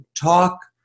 talk